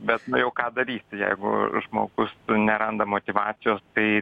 bet nu jau ką darysi jeigu žmogus neranda motyvacijos tai